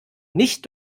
nicht